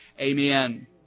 Amen